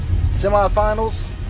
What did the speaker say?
semifinals